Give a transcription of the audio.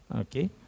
Okay